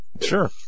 Sure